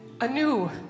anew